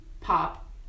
pop